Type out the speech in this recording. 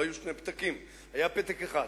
לא היו שני פתקים, היה פתק אחד,